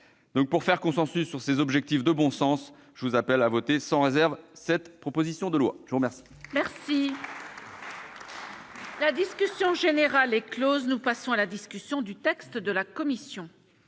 ? Pour faire consensus sur ces objectifs de bon sens, je vous appelle à voter sans réserve cette proposition de loi ! La discussion